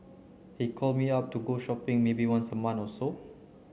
he call me up to go shopping maybe once a month or so